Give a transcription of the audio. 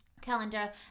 calendar